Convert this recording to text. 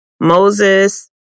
Moses